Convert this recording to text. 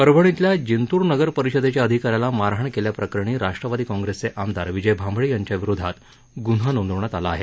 परभणीतल्या जिंतूर नगर परिषदेच्या अधिकाऱ्याला मारहाण केल्याप्रकरणी राष्ट्रवादी काँग्रेसचे आमदार विजय भांबळे यांच्या विरोधात गुन्हा नोंदवण्यात आला आहे